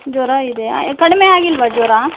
ಜ್ವರ ಇದೆಯಾ ಕಡಿಮೆಯಾಗಿಲ್ವಾ ಜ್ವರ